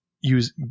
use